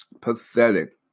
Pathetic